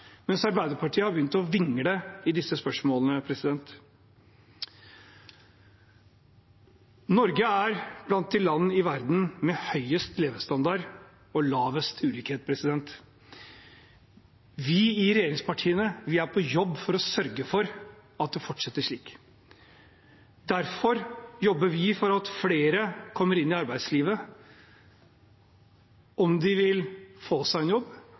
Arbeiderpartiet har begynt å vingle i disse spørsmålene. Norge er blant de land i verden som har høyest levestandard og minst ulikhet. Vi, i regjeringspartiene, er på jobb for å sørge for at det fortsetter slik. Derfor jobber vi for at flere kommer inn i arbeidslivet – om de vil få seg en jobb,